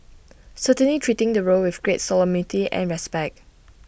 certainly treating the role with great solemnity and respect